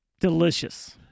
delicious